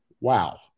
wow